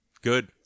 Good